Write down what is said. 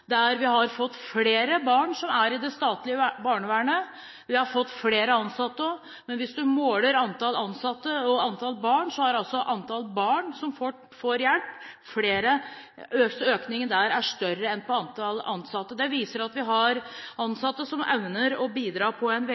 der jeg har gått inn og sett på konkrete tall. Vi har fått flere barn i det statlige barnevernet, og vi har fått flere ansatte, men hvis man måler antall ansatte og antall barn, er altså økningen i antall barn som får hjelp, større enn økningen i antall ansatte. Det viser at vi har ansatte som evner å bidra på en